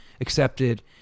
accepted